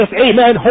Amen